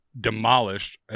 demolished